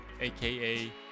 aka